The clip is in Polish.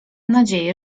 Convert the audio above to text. nadzieję